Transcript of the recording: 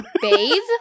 bathe